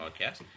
podcast